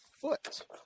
foot